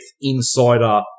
insider